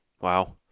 Wow